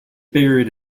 buried